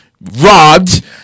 robbed